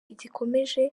igikomeje